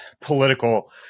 political